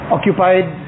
occupied